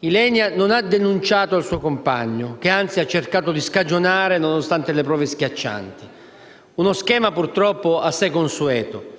Ylenia non ha denunciato il suo compagno, che anzi ha cercato di scagionare nonostante le prove schiaccianti. Uno schema purtroppo assai consueto,